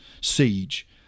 siege